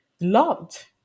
loved